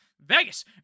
Vegas